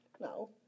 No